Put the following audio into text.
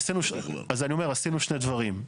עשינו שני דברים.